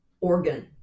organ